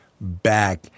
back